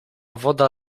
woda